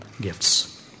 gifts